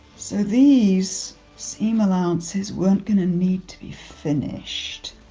so these seam allowances weren't going to need to be finished.